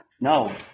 No